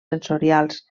sensorials